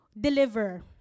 deliver